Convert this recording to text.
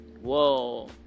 Whoa